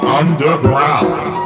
underground